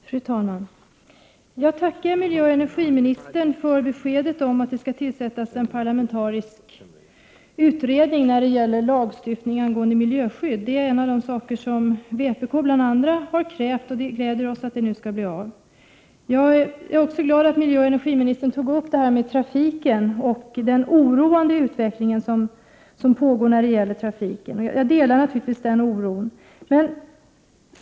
Fru talman! Jag tackar miljöoch energiministern för beskedet att det skall tillsättas en parlamentarisk utredning om lagstiftning angående miljöskyddet. Detta är en av de saker som vpk bl.a. har krävt. Det gläder oss att I utredningen nu tillsätts. 121 Jag är också glad att miljöoch energiministern tog upp den oroande utvecklingen som pågår när det gäller trafiken. Jag delar naturligtvis den oron.